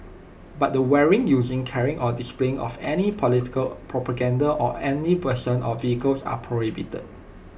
but the wearing using carrying or displaying of any political propaganda on any person or vehicles are prohibited